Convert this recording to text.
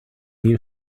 new